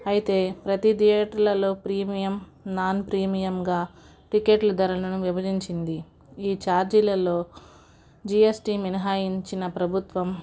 అయితే ప్రతి థియేటర్లలో ప్రీమియం నాన్ ప్రీమియంగా టికెట్లు ధరలను విభజించింది ఈ చార్జీలలో జీఎస్టీ మినహాయించిన ప్రభుత్వం